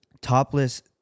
topless